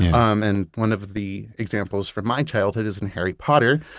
um and one of the examples from my childhood is in harry potter.